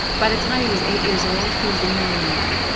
by the time he was eight years old he was a millionaire,